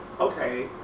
okay